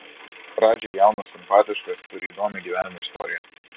radži jaunas simpatiškas turi įdomią gyvenimo istoriją